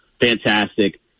Fantastic